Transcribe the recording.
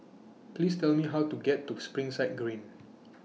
Please Tell Me How to get to Springside Green